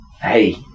Hey